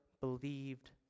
believed